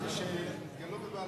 התגלו בבעלי-חיים,